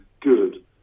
good